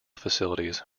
facilities